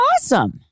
awesome